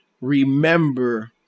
remember